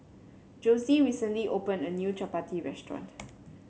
Josie recently opened a new chappati restaurant